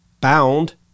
bound